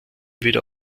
wieder